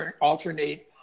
alternate